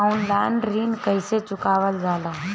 Online ऋण कईसे चुकावल जाला?